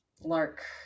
Lark